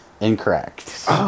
Incorrect